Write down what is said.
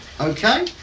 Okay